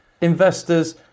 investors